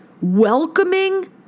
welcoming